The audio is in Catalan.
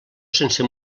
sense